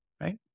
right